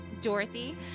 Dorothy